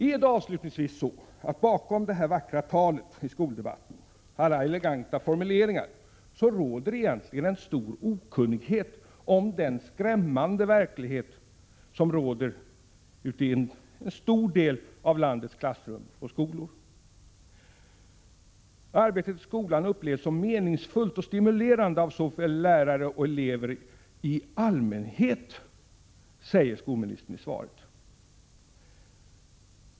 Är det avslutningsvis så, att bakom det här vackra talet i skoldebatten, bakom alla eleganta formuleringar, råder egentligen en stor okunnighet om den skrämmande verklighet som råder i en stor del av landets klassrum och skolor? Skolministern säger i svaret att ”såväl lärare som elever i allmänhet upplever arbetet i skolan som meningsfullt och stimulerande”.